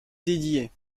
dédié